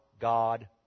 God